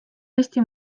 eesti